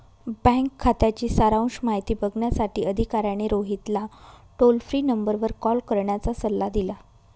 bank खात्याची सारांश माहिती बघण्यासाठी अधिकाऱ्याने रोहितला टोल फ्री नंबरवर कॉल करण्याचा सल्ला दिला